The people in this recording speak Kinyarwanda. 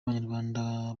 abanyarwanda